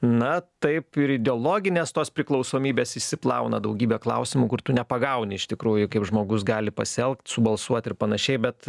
na taip ir ideologinės tos priklausomybės išsiplauna daugybę klausimų kur tu nepagauni iš tikrųjų kaip žmogus gali pasielgt subalsuot ir panašiai bet